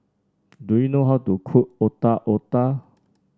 do you know how to cook Otak Otak